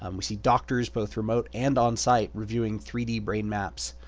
um we see doctors, both remote and on-site, reviewing three d brain maps.